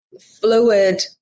fluid